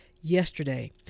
yesterday